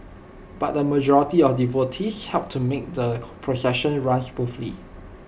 but the majority of devotees helped to make the procession run smoothly